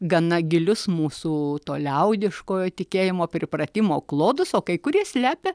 gana gilius mūsų to liaudiškojo tikėjimo pripratimo klodus o kai kurie slepia